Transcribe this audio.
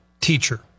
teacher